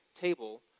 table